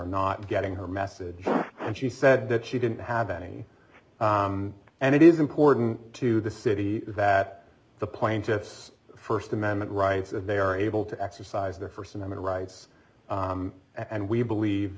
not getting her message and she said that she didn't have any and it is important to the city that the plaintiff's first amendment rights and they are able to exercise their first amendment rights and we believe